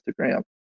Instagram